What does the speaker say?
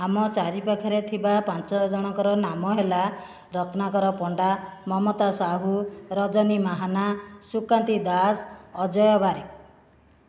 ଆମ ଚାରି ପାଖରେ ଥିବା ପାଞ୍ଚ ଜଣଙ୍କର ନାମ ହେଲା ରତ୍ନାକର ପଣ୍ଡା ମମତା ସାହୁ ରଜନୀ ମାହାନା ସୁକାନ୍ତି ଦାସ ଅଜୟ ବାରିକ